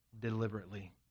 deliberately